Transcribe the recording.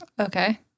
Okay